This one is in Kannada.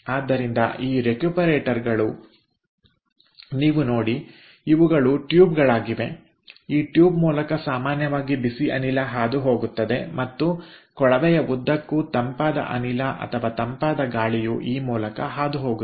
ಆದ್ದರಿಂದ ಈ ರೆಕ್ಯೂಪರೇಟರ್ಗಳುನೀವು ನೋಡಿ ಇವುಗಳು ಟ್ಯೂಬ್ಗಳಾಗಿವೆ ಈ ಟ್ಯೂಬ್ ಮೂಲಕ ಸಾಮಾನ್ಯವಾಗಿ ಬಿಸಿ ಅನಿಲ ಹಾದುಹೋಗುತ್ತದೆ ಮತ್ತು ಕೊಳವೆಯ ಉದ್ದಕ್ಕೂ ತಂಪಾದ ಅನಿಲ ಅಥವಾ ತಂಪಾದ ಗಾಳಿಯು ಈ ಮೂಲಕ ಹಾದುಹೋಗುತ್ತದೆ